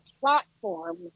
platform